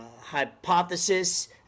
hypothesis